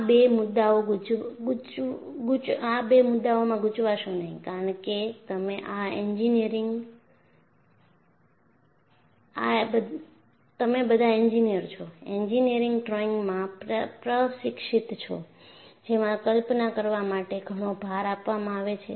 આ બે મુદ્દાઓમાં ગૂંચવશો નહીં કારણ કે તમે બધા એન્જિનિયર છો એન્જિનિયરિંગ ડ્રોઇંગમાં પ્રશિક્ષિત છો જેમાં કલ્પના કરવા માટે ઘણો ભાર આપવામાં આવે છે